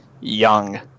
Young